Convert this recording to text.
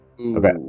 okay